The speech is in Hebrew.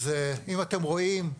אתם רואים,